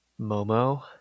Momo